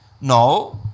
No